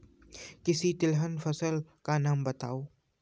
किसी तिलहन फसल का नाम बताओ